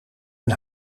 een